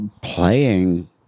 playing